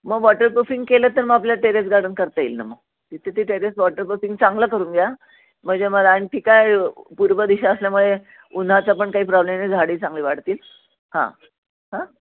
मग water proofing केलं तर मग आपल्या टेरेस गार्डन करता येईल ना मग तिथे ते टेरेस वॉटर प्रुफिंग चांगलं करून घ्या म्हणजे मला आणखी काय पूर्व दिशा असल्यामुळे उन्हाचा पण काही प्रॉब्ले नाही झाडे चांगली वाढतील हां हं